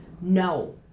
no